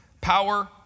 Power